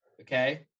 okay